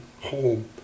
home